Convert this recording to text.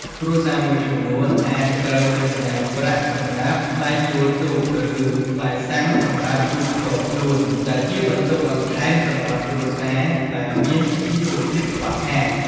គ្រួសារមួយចំនួនអាចត្រូវចំណាយប្រាក់សម្រាប់ថ្លៃជួលទូក ឬថ្លៃសាំងសម្រាប់ទូកផ្ទាល់ខ្លួន ដែលជាបន្ទុកបន្ថែមសម្រាប់គ្រួសារដែលមានជីវភាពខ្វះខាត។